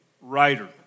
writer